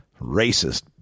Racist